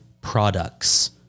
products